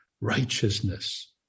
righteousness